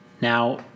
Now